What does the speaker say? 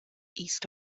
east